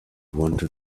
wanted